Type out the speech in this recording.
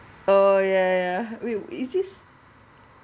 err ya ya ya wait is this